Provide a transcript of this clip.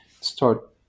start